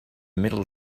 middle